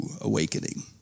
awakening